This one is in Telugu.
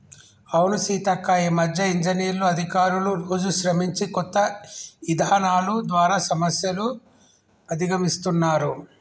అవును సీతక్క ఈ మధ్య ఇంజనీర్లు అధికారులు రోజు శ్రమించి కొత్త ఇధానాలు ద్వారా సమస్యలు అధిగమిస్తున్నారు